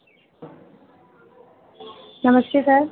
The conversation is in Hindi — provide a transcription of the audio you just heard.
नमस्ते सर